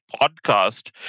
podcast